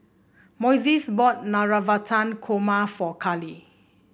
Moises bought Navratan Korma for Carlee